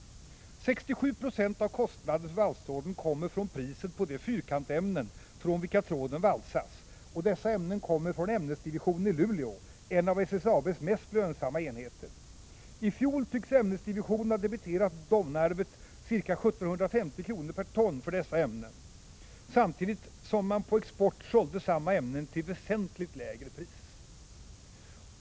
67 90 av kostnaden för valstråden kommer från priset på de fyrkantsämnen från vilka tråden valsas — och dessa ämnen kommer från ämnesdivisionen i Luleå, en av SSAB:s mest lönsamma enheter! I fjol tycks ämnesdivisionen ha debiterat Domnarvet cirka 1 750 kr. per ton för dessa ämnen, samtidigt som man på export sålde samma ämnen till väsentligt lägre pris.